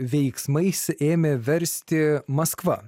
veiksmais ėmė versti maskva